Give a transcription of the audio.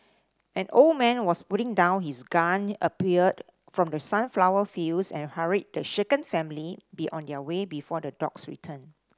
an old man was putting down his gun appeared from the sunflower fields and hurried the shaken family to be on their way before the dogs return